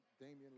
Damian